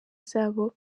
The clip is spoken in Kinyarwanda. zabo